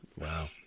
Wow